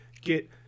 get